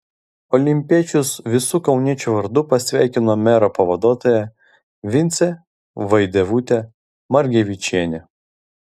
olimpiečius visų kauniečių vardu pasveikino mero pavaduotoja vincė vaidevutė margevičienė